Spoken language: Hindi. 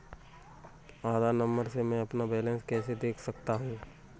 आधार नंबर से मैं अपना बैलेंस कैसे देख सकता हूँ?